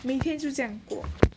明天就这样过